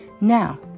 Now